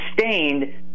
sustained